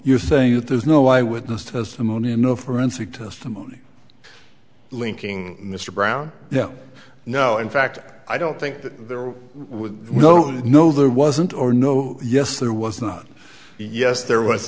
you're saying there's no why would this testimony and no forensic testimony linking mr brown yeah no in fact i don't think that there was no no there wasn't or no yes there was not yes there was